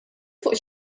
fuq